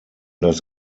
das